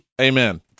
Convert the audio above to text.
Amen